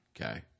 Okay